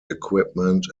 equipment